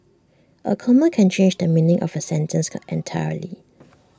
A comma can change the meaning of A sentence can entirely